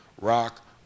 rock